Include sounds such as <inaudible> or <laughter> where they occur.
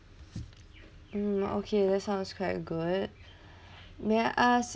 mm okay that sounds quite good <breath> may I ask